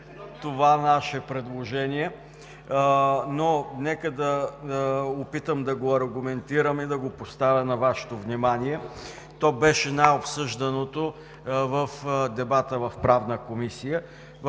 това наше предложение. Нека да се опитам да го аргументирам и да го поставя на Вашето внимание – то беше най-обсъжданото в дебата в Правната комисия,